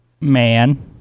Man